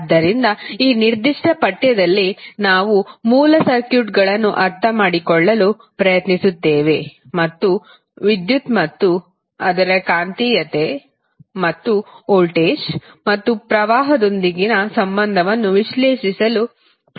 ಆದ್ದರಿಂದ ಈ ನಿರ್ದಿಷ್ಟ ಪಠ್ಯದಲ್ಲಿ ನಾವು ಮೂಲ ಸರ್ಕ್ಯೂಟ್ಗಳನ್ನು ಅರ್ಥಮಾಡಿಕೊಳ್ಳಲು ಪ್ರಯತ್ನಿಸುತ್ತೇವೆ ಮತ್ತು ವಿದ್ಯುತ್ ಮತ್ತು ಅದರ ಕಾಂತೀಯತೆ ಮತ್ತು ವೋಲ್ಟೇಜ್ ಮತ್ತು ಪ್ರವಾಹದೊಂದಿಗಿನ ಸಂಬಂಧವನ್ನು ವಿಶ್ಲೇಷಿಸಲು ಪ್ರಯತ್ನಿಸುತ್ತೇವೆ